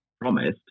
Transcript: promised